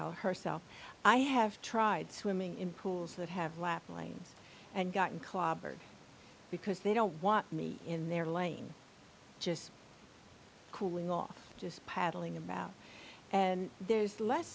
herself i have tried swimming in pools that have left lanes and gotten clobbered because they don't want me in their lane just cooling off just paddling about and there's less